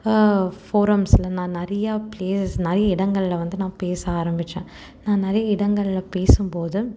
போரம்ஸ்ல நான் நிறையா பிளேயர்ஸ் நிறையா இடங்கள்ல வந்து நான் பேச ஆரம்பிச்சேன் நான் நிறைய இடங்கள்ல பேசும் போது